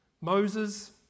Moses